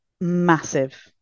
massive